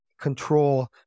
control